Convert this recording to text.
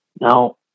Now